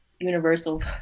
universal